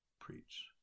preach